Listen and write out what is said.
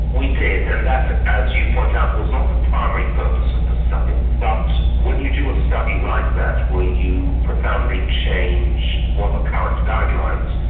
we did and that, as you point out, was not the primary purpose of the study. but when you do a study like that where you profoundly change what are current guidelines,